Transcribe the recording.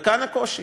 וכאן הקושי.